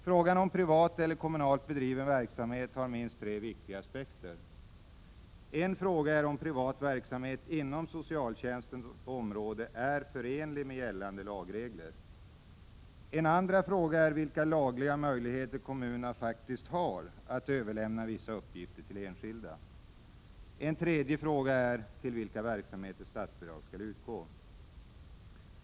Frågan om privat eller kommunalt bedriven verksamhet har minst tre viktiga aspekter: En första fråga är om privat verksamhet inom socialtjänstens område är förenlig med gällande lagregler. En andra fråga är vilka lagliga möjligheter kommunerna faktiskt har att överlämna vissa uppgifter till enskilda. En tredje fråga är till vilka verksamheter statsbidrag skall utgå.